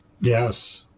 Yes